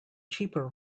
cheaper